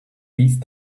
these